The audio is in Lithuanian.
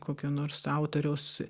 kokio nors autoriaus